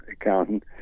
accountant